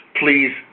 please